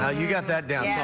ah you got that down. yeah